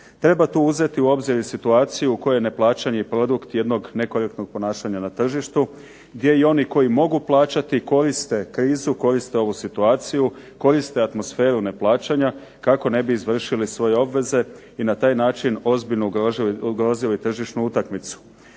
Treba tu uzeti u obzir i situaciju u kojoj je neplaćanje produkt jednog nekorektnog ponašanja na tržištu gdje i oni koji mogu plaćati koriste krizu, koriste ovu situaciju, koriste atmosferu neplaćanja kako ne bi izvršili svoje obveze i na taj način ozbiljno ugrozili tržišnu utakmicu.